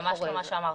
זה ממש לא מה שאמרתי.